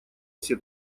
все